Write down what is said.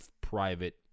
private